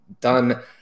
done